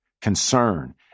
concern